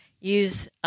Use –